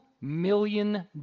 million